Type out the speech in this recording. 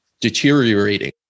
deteriorating